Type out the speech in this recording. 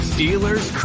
Steelers